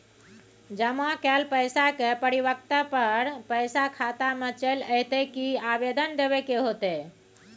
जमा कैल पैसा के परिपक्वता पर पैसा खाता में चल अयतै की आवेदन देबे के होतै?